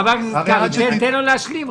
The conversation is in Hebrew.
חבר הכנסת קרעי, תן לו להשלים.